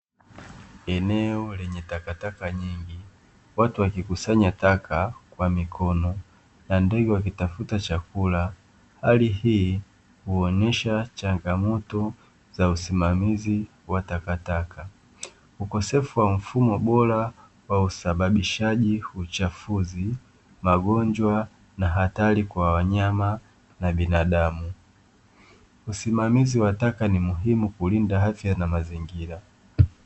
Eneo lenye takataka nyingi watu wakikusanya taka, kwa mikono nandivyo wakitafuta chakula, hali hii huonesha changamoto za usimamizi wa takataka, ukosefu wa mfumo bora wa usababishaji uchafuzi, magonjwa na hatari kwa wanyama na binadamu, usimamizi wa taka ni muhimu kulinda afya na mazingira.